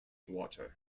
water